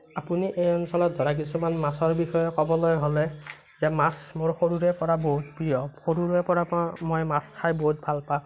আপুনি এই অঞ্চলত ধৰা কিছুমান মাছৰ বিষয়ে ক'বলৈ হ'লে যে মাছ মোৰ সৰুৰে পৰা বহুত প্ৰিয় সৰুৰে পৰা মই মাছ খাই বহুত ভাল পাওঁ